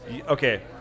Okay